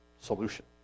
solution